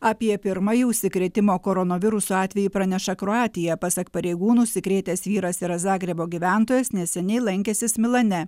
apie pirmąjį užsikrėtimo koronavirusu atvejai praneša kroatija pasak pareigūnų užsikrėtęs vyras yra zagrebo gyventojas neseniai lankęsis milane